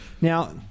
Now